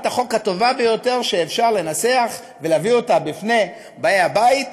החוק הטובה ביותר שאפשר לנסח ולהביא בפני באי הבית,